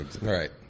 Right